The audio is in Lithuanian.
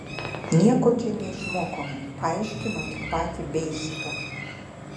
nieko čia neišmokome paaiškino tik patį beisiką